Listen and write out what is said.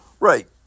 Right